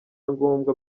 ngombwa